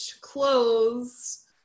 clothes